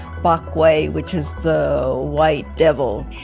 bak gwei, which is the white devil.